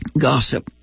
gossip